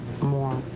More